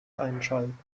einschalten